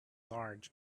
large